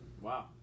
Wow